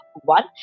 one